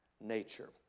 nature